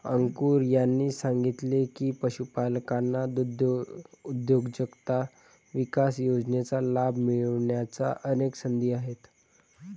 अंकुर यांनी सांगितले की, पशुपालकांना दुग्धउद्योजकता विकास योजनेचा लाभ मिळण्याच्या अनेक संधी आहेत